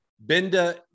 Benda